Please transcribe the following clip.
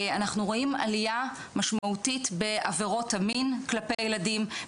אנחנו רואים עלייה משמעותית בעבירות המין כלפי ילדים,